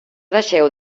deixeu